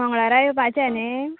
मंगळारा येवपाचें न्ही